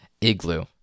Igloo